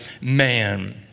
man